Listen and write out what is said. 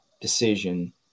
decision